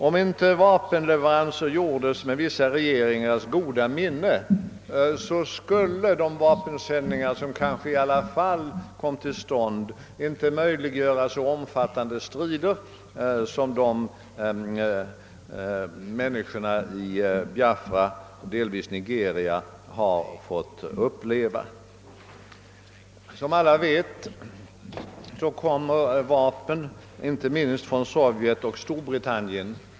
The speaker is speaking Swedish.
Om inte vapenleveranser gjordes med vissa regeringars goda minne, skulle de vapensändningar som kanske i alla fall kom till stånd inte möjliggöra så omfattande strider som de vilka människorna i Biafra och i någon mån i Nigeria har fått uppleva. Som alla vet levereras vapen inte minst från Sovjetunionen och Storbritannien.